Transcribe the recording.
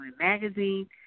Magazine